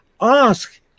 Ask